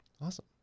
Awesome